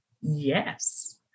yes